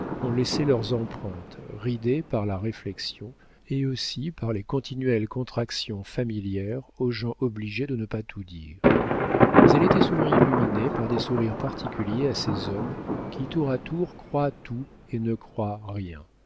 ont laissé leurs empreintes ridée par la réflexion et aussi par les continuelles contractions familières aux gens obligés de ne pas tout dire mais elle était souvent illuminée par des sourires particuliers à ces hommes qui tour à tour croient tout et ne croient rien